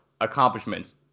accomplishments